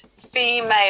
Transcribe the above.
female